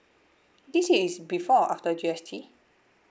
this is before or after G_S_T